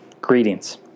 Greetings